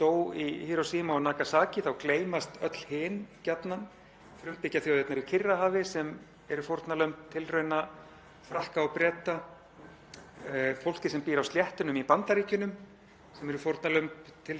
fólkið sem býr á sléttunum í Bandaríkjunum og er fórnarlamb tilrauna Bandaríkjamanna, fólk í dreifðum héruðum Kanada sem býr við gríðarlega mengun vegna úrannáma þar.